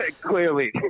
clearly